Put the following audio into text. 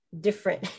different